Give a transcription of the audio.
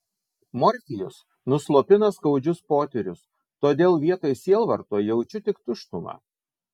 morfijus nuslopina skaudžius potyrius todėl vietoj sielvarto jaučiu tik tuštumą